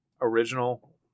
original